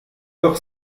leur